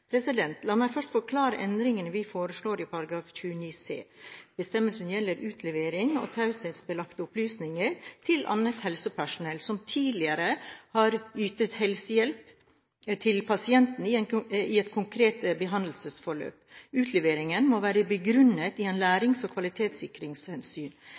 La meg først forklare endringen vi foreslår i § 29 c. Bestemmelsen gjelder utlevering av taushetsbelagte opplysninger til annet helsepersonell som tidligere har ytet helsehjelp til pasienten i et konkret behandlingsforløp. Utleveringen må være begrunnet i